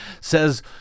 says